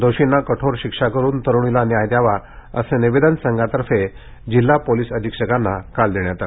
दोषींना कठोर शिक्षा देऊन तरुणीला न्याय द्यावा असं निवेदन संघातर्फे जिल्हा पोलिस अधीक्षकांना काल देण्यात आलं